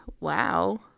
Wow